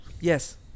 Yes